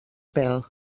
pèl